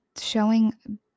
showing